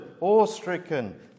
awe-stricken